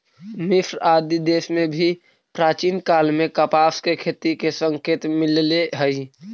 मिस्र आदि देश में भी प्राचीन काल में कपास के खेती के संकेत मिलले हई